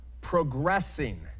progressing